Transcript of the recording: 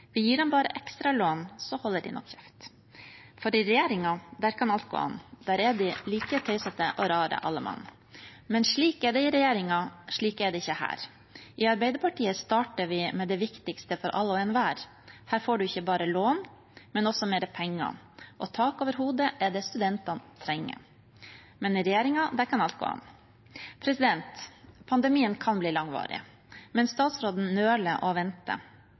Vi gir dem bare ekstralån, så holder de nok kjeft. For i regjeringen, der kan alt gå an, der er de like tøysete og rare alle mann. Men slik er det i regjeringen, slik er det ikke her. I Arbeiderpartiet starter vi med det viktigste for alle og enhver. Her får du ikke bare lån, men også mer penger, og tak over hodet er det studentene trenger. Men i regjeringen, der kan alt gå an. Pandemien kan bli langvarig, men statsråden nøler